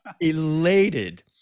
elated